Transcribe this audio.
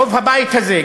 רוב הבית הזה,